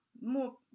more